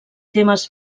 temes